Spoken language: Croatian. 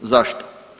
Zašto?